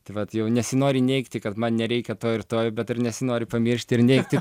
tai vat jau nesinori neigti kad man nereikia to ir to bet ir nesinori pamiršti ir neigti